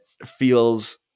feels